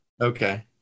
okay